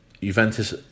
Juventus